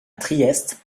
trieste